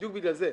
בדיוק בגלל זה.